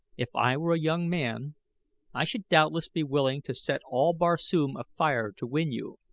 if i were a young man i should doubtless be willing to set all barsoom afire to win you,